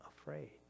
afraid